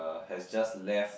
has just left